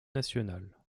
nationale